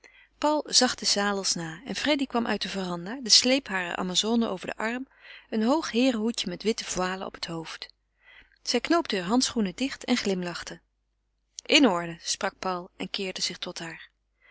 paul zag de zadels na en freddy kwam uit de verandah den sleep harer amazone op den arm een hoog heerenhoedje met witte voile op het hoofd zij knoopte heur handschoenen dicht en glimlachte in orde sprak paul en keerde zich tot haar